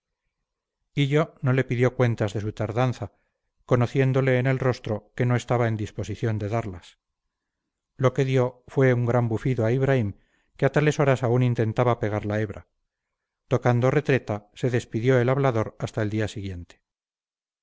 ineficaces hillo no le pidió cuentas de su tardanza conociéndole en el rostro que no estaba en disposición de darlas lo que dio fue un gran bufido a ibraim que a tales horas aún intentaba pegar la hebra tocando retreta se despidió el hablador hasta el día siguiente